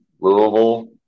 Louisville